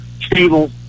stable